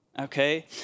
okay